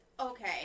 Okay